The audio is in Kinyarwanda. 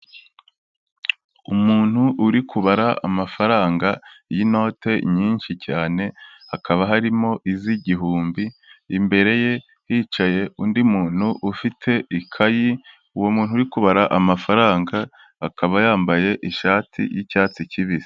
Umuntu uri kubara amafaranga y'inote nyinshi cyane, hakaba harimo iz'igihumbi, imbere ye hicaye undi muntu ufite ikayi, uwo muntu uri kubara amafaranga akaba yambaye ishati y'icyatsi kibisi.